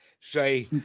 say